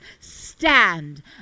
stand